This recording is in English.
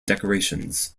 decorations